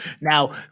Now